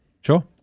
Sure